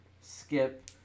skip